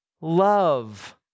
love